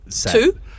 Two